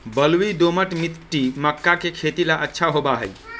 बलुई, दोमट मिट्टी मक्का के खेती ला अच्छा होबा हई